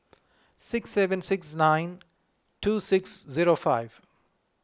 six seven six nine two six zero five